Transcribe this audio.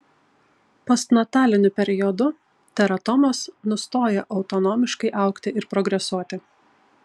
postnataliniu periodu teratomos nustoja autonomiškai augti ir progresuoti